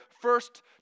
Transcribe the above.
first